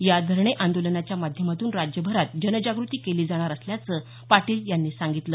या धरणे आंदोलनाच्या माध्यमातून राज्यभरात जनजागृती केली जाणार असल्याचं पाटील यांनी सांगितलं